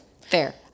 Fair